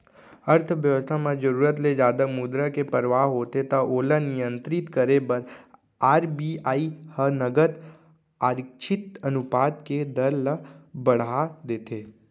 अर्थबेवस्था म जरुरत ले जादा मुद्रा के परवाह होथे त ओला नियंत्रित करे बर आर.बी.आई ह नगद आरक्छित अनुपात के दर ल बड़हा देथे